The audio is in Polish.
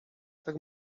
tak